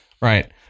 Right